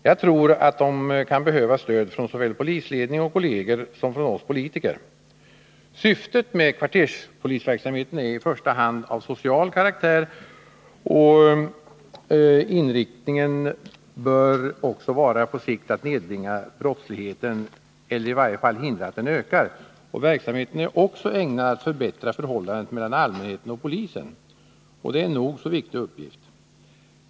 Jag tror att de kan behöva stöd från såväl polisledning och kolleger som från oss politiker. Syftet med kvarterspolisverksamheten är i första hand av social karaktär, och inriktningen bör också vara på sikt att nedbringa brottsligheten eller i varje fall hindra att den ökar. Verksamheten är också ägnad att förbättra förhållandet mellan allmänheten och polisen, vilket är en nog så viktig uppgift.